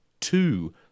two